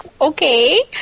okay